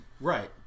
Right